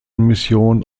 mission